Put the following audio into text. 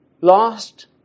lost